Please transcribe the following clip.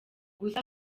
gusa